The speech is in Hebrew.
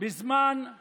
בזמן של